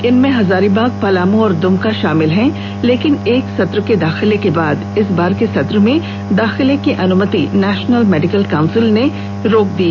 इनमें हजारीबाग पलामू और दुमका शामिल हैं लेकिन एक सत्र के दाखिले के बाद इस बार के सत्र में दाखिले की अनुमति नेशनल मेडिकल काउंसिल ने रोक लगा दी